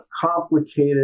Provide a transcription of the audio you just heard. complicated